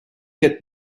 quatre